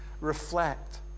Reflect